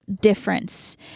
difference